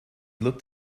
looked